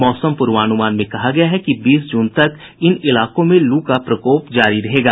मौसम पूर्वानुमान में कहा गया है कि बीस जून तक इन इलाकों में लू का प्रकोप जारी रहेगा